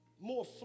More